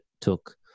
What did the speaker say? took